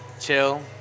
Chill